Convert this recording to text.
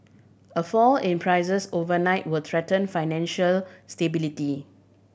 a fall in prices overnight will threaten financial stability